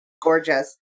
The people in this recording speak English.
gorgeous